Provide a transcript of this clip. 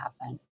happen